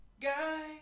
guy